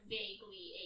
vaguely